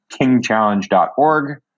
KingChallenge.org